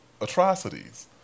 atrocities